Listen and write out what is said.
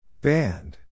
Band